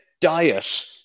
diet